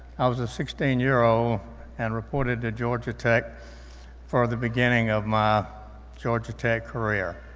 i was a sixteen year old and reported to georgia tech for the beginning of my georgia tech career.